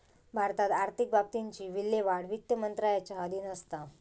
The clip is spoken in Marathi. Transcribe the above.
भारतात आर्थिक बाबतींची विल्हेवाट वित्त मंत्रालयाच्या अधीन असता